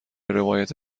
روایت